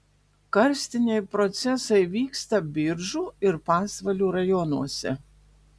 karstiniai procesai vyksta biržų ir pasvalio rajonuose